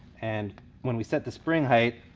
and when we set the spring height,